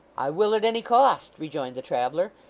i will, at any cost rejoined the traveller.